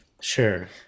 Sure